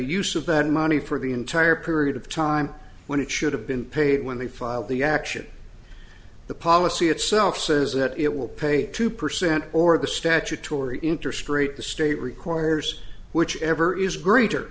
use of that money for the entire period of time when it should have been paid when they filed the action the policy itself says that it will pay two percent or the statutory interest rate the state requires whichever is greater